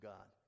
God